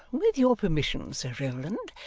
with your permission, sir rowland,